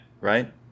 Right